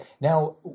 Now